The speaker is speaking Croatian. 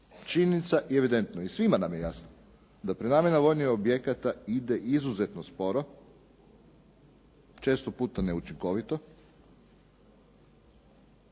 Činjenica je i evidentno je i svima nam jasno da prenamjena vojnih objekata ide izuzetno sporo, često puta neučinkovito,